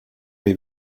les